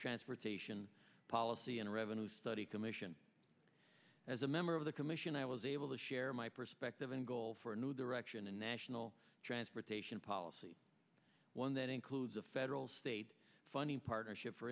transportation policy and revenue study commission as a member of the commission i was able to share my perspective and goal for a new direction a national transportation policy one that includes a federal state funding partnership for